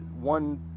one